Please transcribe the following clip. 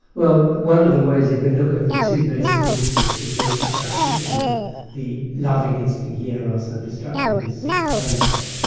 well, one of the ways you can look at the two basic instincts he talks about, he calls them and the loving instinct yeah eros and the destructive instinct thanatos,